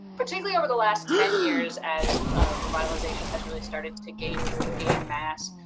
particularly over the last ten years as revitalization has really started to gain gain mass